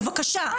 בבקשה,